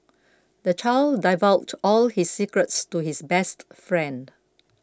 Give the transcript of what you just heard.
the child divulged all his secrets to his best friend